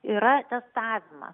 yra testavimas